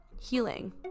healing